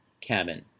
cabin